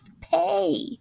pay